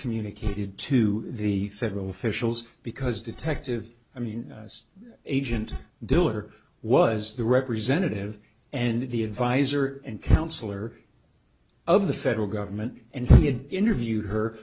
communicated to the federal officials because detective i mean agent diller was the representative and the advisor and counselor of the federal government and he had interviewed her